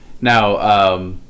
Now